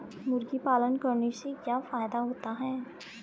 मुर्गी पालन करने से क्या फायदा होता है?